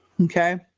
okay